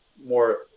more